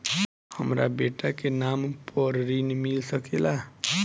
हमरा बेटा के नाम पर ऋण मिल सकेला?